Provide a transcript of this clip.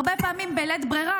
הרבה פעמים בלית ברירה,